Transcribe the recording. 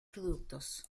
productos